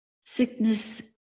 Sickness